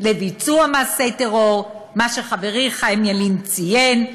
לביצוע מעשי טרור, מה שחברי חיים ילין ציין,